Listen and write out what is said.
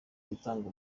gutanga